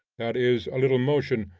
that is a little motion,